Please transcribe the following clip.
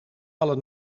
alle